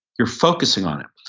you're focusing on it.